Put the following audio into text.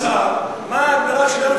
אם אפשר לשמוע מהשר מה ההגדרה שלו,